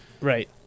Right